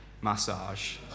massage